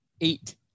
eight